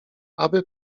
aby